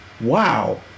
Wow